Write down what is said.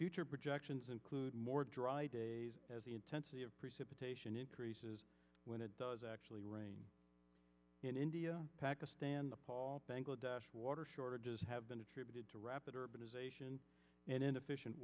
future projections include more dry days as the intensity of precipitation increases when it does actually rain in india pakistan bangladesh water shortages have been attributed to rapid and inefficient